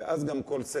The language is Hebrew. ואנחנו צריכים להסתפק.